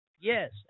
Yes